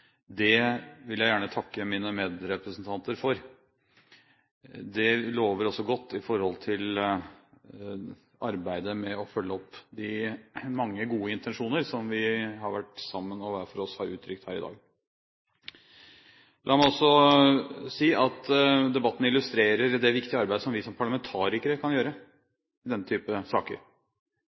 Det vil jeg gjerne takke mine medrepresentanter for. Det lover også godt i forhold til arbeidet med å følge opp de mange gode intensjoner som vi sammen og hver for oss har uttrykt her i dag. La meg også si at debatten illustrerer det viktige arbeid som vi som parlamentarikere kan gjøre i denne typen saker,